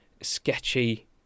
sketchy